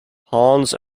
hans